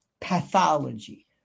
pathology